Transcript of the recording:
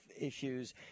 issues